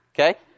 okay